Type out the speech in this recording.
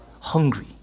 hungry